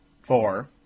four